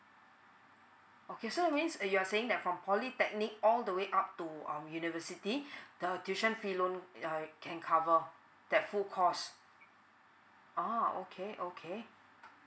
okay so you mean you're saying that from polytechnic all the way up to um university the tuition fee loan err can cover that full cost uh okay okay